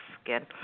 skin